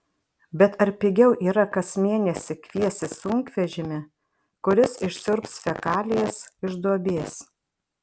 bet ar pigiau yra kas mėnesį kviestis sunkvežimį kuris išsiurbs fekalijas iš duobės